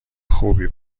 خوبی